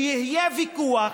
שיהיה ויכוח,